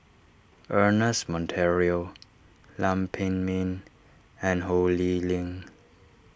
Ernest Monteiro Lam Pin Min and Ho Lee Ling